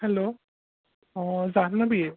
hello অঁ জাহ্ণৱী